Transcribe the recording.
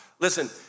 Listen